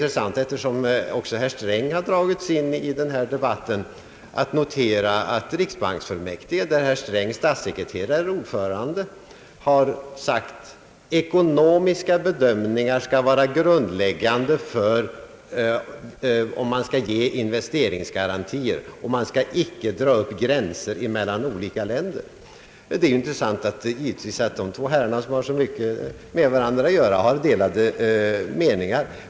Eftersom också herr Sträng har dra gits in i denna debatt är det intressant att notera att riksbanksfullmäktige, där herr Strängs statssekreterare är ordförande, har sagt att ekonomiska bedömningar skall vara grundläggande vid bedömningen av om man skall ge investeringsgarantier och att man inte skall dra upp gränser mellan olika länder. Det är att notera att dessa två herrar, som har så mycket med varandra att göra, har delade meningar.